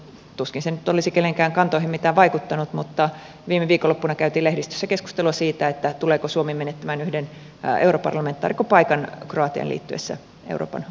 tuskin se nyt olisi kenenkään kantoihin mitään vaikuttanut mutta viime viikonloppuna käytiin lehdistössä keskustelua siitä tuleeko suomi menettämään yhden europarlamentaarikkopaikan kroatian liittyessä euroopan unionin jäseneksi